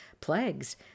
plagues